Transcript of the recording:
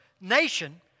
nation